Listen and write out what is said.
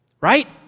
Right